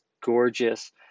gorgeous